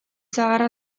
sagarra